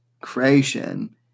creation